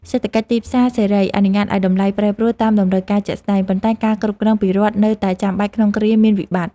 សេដ្ឋកិច្ចទីផ្សារសេរីអនុញ្ញាតឱ្យតម្លៃប្រែប្រួលតាមតម្រូវការជាក់ស្តែង ប៉ុន្តែការគ្រប់គ្រងពីរដ្ឋនៅតែចាំបាច់ក្នុងគ្រាមានវិបត្តិ។